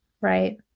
Right